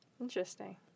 interesting